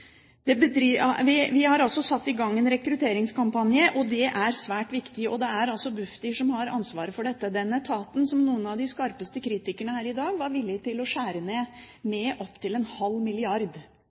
Vi har altså satt i gang en rekrutteringskampanje, og det er svært viktig. Det er Bufdir som har ansvaret for dette, den etaten som noen av de skarpeste kritikerne her i dag var villige til å skjære ned